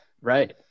Right